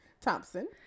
Thompson